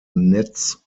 netz